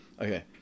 Okay